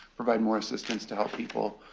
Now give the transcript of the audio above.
provide more assistance to help people.